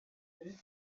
yaya